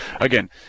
again